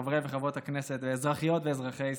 חברי וחברות הכנסת ואזרחיות ואזרחי ישראל,